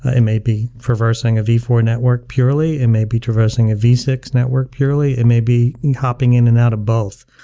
it may be traversing a v four network purely. it may be traversing a v six network purely. it may be hopping in and out of both.